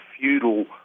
feudal